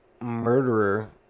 murderer